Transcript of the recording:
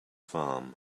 farm